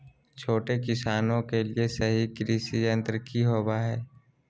छोटे किसानों के लिए सही कृषि यंत्र कि होवय हैय?